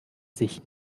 sich